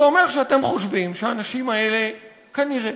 זה אומר שאתם חושבים שהאנשים האלה כנראה